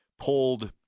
pulled